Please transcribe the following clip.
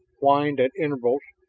whined at intervals,